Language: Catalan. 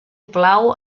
plau